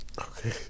Okay